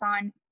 on